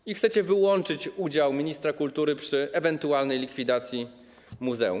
I chcecie wyłączyć udział ministra kultury przy ewentualnej likwidacji muzeum.